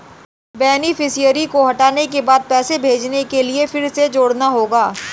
beneficiary को हटाने के बाद पैसे भेजने के लिए फिर से जोड़ना होगा